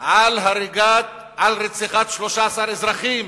על רציחת 13 אזרחים.